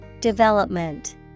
Development